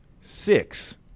six